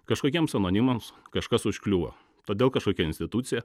kažkokiems anonimams kažkas užkliuvo todėl kažkokia institucija